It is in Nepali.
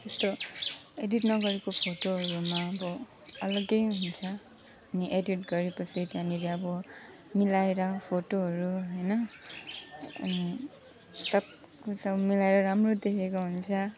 जस्तो एडिट नगरेको फोटोहरूमा अब अलग्गै हुन्छ अनि एडिट गरेपछि त्यहाँनेरि अब मिलाएर फोटोहरू हैन सबैसँग मिलाएर राम्रो देखेको हुन्छ